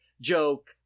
joke